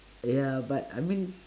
ya but I mean